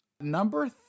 Number